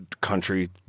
country